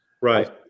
Right